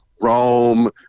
Rome